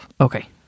Okay